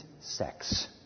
sex